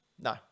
No